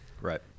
Right